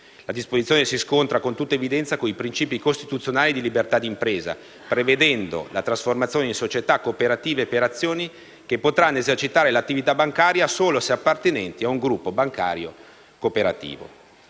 La disposizione si scontra, con tutta evidenza, con i principi costituzionali di libertà di impresa, prevedendo la trasformazione in società cooperative per azioni che potranno esercitare l'attività bancaria solo se appartenenti a un gruppo bancario cooperativo.